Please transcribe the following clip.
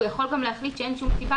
הוא יכול גם להחליט שאין שום סיבה